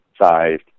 sized